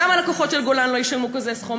וגם הלקוחות של "גולן" לא ישלמו כזה סכום,